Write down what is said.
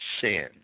sin